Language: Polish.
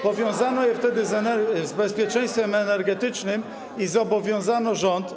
Powiązano je wtedy z bezpieczeństwem energetycznym i zobowiązano rząd.